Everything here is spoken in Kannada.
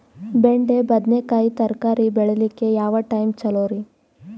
ಬೆಂಡಿ ಬದನೆಕಾಯಿ ತರಕಾರಿ ಬೇಳಿಲಿಕ್ಕೆ ಯಾವ ಟೈಮ್ ಚಲೋರಿ?